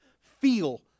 feel